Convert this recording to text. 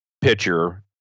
pitcher